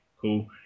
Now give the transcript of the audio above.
cool